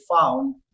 found